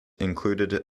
included